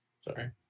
sorry